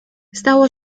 stało